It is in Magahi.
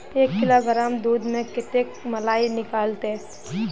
एक किलोग्राम दूध में कते मलाई निकलते?